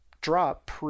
drop